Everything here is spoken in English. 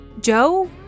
Joe